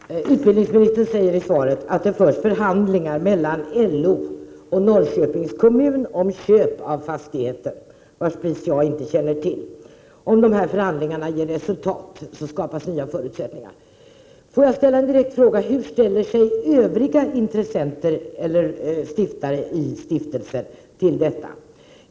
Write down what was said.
Herr talman! Utbildningsministern säger i svaret att det förs förhandlingar mellan LO och Norrköpings kommun om köp av fastigheten, vars pris jag inte känner till, och att det, om dessa förhandlingar ger resultat, skapas nya förutsättningar. Jag vill ställa en direkt fråga: Hur ställer sig övriga intressenter eller stiftare i stiftelsen till detta?